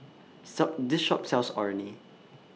This Shop sells Orh Nee